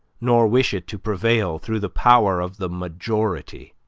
nor wish it to prevail through the power of the majority.